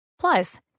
Plus